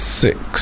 six